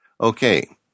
Okay